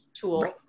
tool